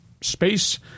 space